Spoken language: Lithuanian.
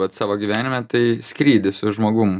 vat savo gyvenime tai skrydis su žmogum